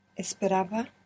Esperaba